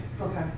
Okay